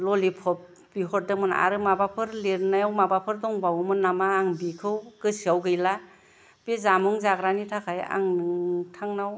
lollipop बिहरदोंमोन आरो माबाफोर लिरनायाव माबाफोर दंबावोमोन नामा आं बिखौ गोसोआव गैला बे जामुं जाग्रानि थाखाय आं नोंथांनाव